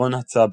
עקרון ה'צבר'